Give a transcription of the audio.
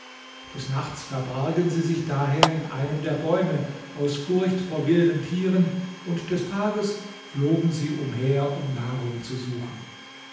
des nachts verbargen sie sich daher in einem der bäume aus furcht vor wilden tieren und des tages flogen sie umher um nahrung zu suchen